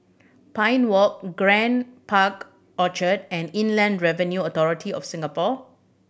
Pine Walk Grand Park Orchard and Inland Revenue Authority of Singapore